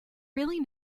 really